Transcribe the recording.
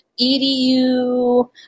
EDU